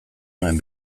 nuen